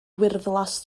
wyrddlas